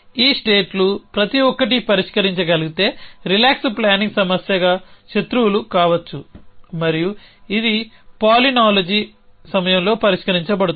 ఈ స్టేట్ లు ప్రతి ఒక్కటి పరిష్కరించగలిగితే రిలాక్స్ ప్లానింగ్ సమస్యగా శత్రువులు కావచ్చు మరియు ఇది పాలినాలజీ సమయంలో పరిష్కరించబడుతుంది